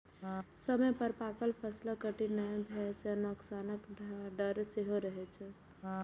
समय पर पाकल फसलक कटनी नहि भेला सं नोकसानक डर सेहो रहै छै